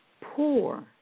poor